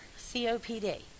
COPD